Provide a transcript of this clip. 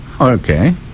Okay